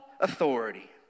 authority